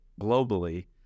globally